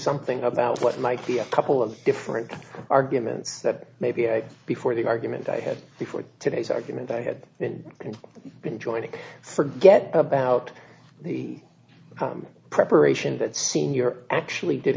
something about what might be a couple of different arguments that maybe i before the argument i had before today's argument i had then been joining forget about the preparation that senior actually did